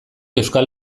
euskal